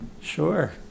Sure